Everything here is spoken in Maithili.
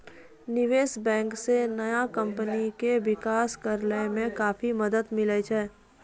निबेश बेंक से नया कमपनी के बिकास करेय मे काफी मदद मिले छै